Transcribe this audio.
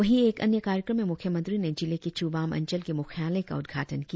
वही एक अन्य कार्यक्रम में मुख्य मंत्री ने जिले के चुबाम अंचल के मुख्यालय का उद्घाटन किया